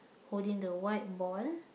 holding the white ball